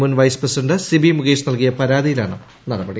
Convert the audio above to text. മുൻ vice president Sibi Mukesh നൽകിയ പരാതിയിലാണ് നടപടി